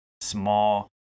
small